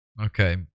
okay